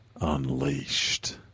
unleashed